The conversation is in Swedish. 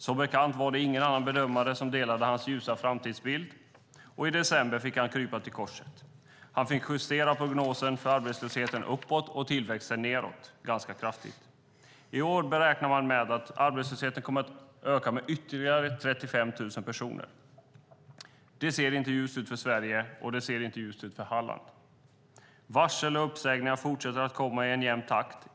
Som bekant var det ingen annan bedömare som delade hans ljusa framtidsbild, och i december fick han krypa till korset. Han fick justera prognosen för arbetslösheten uppåt och prognosen för tillväxten nedåt, ganska kraftigt. I år räknar man med att arbetslösheten kommer att öka med ytterligare 35 000 personer. Det ser inte ljust ut för Sverige, och det ser inte ljust ut för Halland. Varsel och uppsägningar fortsätter att komma i en jämn takt.